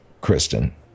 Kristen